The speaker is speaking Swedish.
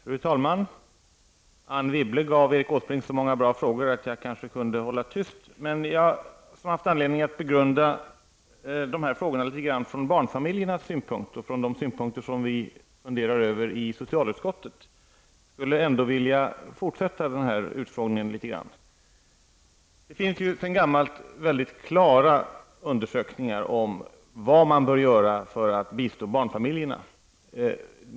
Fru talman! Anne Wibble gav Erik Åsbrink så många bra frågor att jag skulle kunna hålla tyst, men eftersom jag har haft anledning att begrunda de här frågorna litet grand från barnfamiljernas synpunkt och mot bakgrund av de frågor som vi har att handlägga i socialutskottet vill jag ändå fortsätta den här utfrågningen något. Det finns sedan gammalt klara undersökningsresultat om vad man bör göra för att bistå barnfamiljerna.